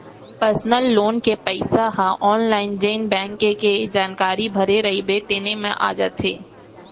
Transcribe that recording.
personal loan के पइसा ह आनलाइन जेन बेंक के जानकारी भरे रइबे तेने म आ जाथे